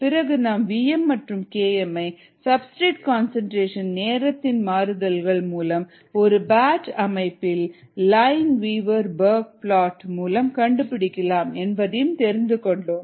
பிறகு நாம் vm மற்றும் Km ஐ சப்ஸ்டிரேட் கான்சன்ட்ரேசன் நேரத்தின் மாறுதல்கள் மூலம் ஒரு பேட்ச் அமைப்பில் லைன்வீவர் பர்க்கி பிளாட் மூலம் கண்டுபிடிக்கலாம் என்பதை தெரிந்து கொண்டோம்